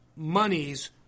Monies